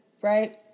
right